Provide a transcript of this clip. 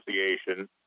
Association